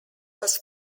was